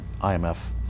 IMF